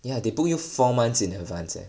ya they book you four months in advance eh